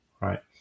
right